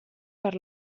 per